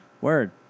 Word